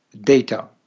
data